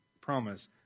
promise